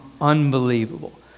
unbelievable